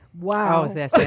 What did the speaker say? wow